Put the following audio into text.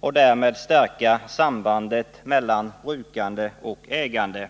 och därmed stärka sambandet mellan brukande och ägande.